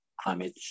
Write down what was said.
climate